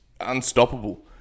unstoppable